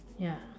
ya